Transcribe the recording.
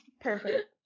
Perfect